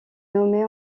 nommée